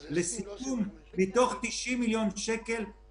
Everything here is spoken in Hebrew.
לסיכום, מתוך 90 מיליון שקלים,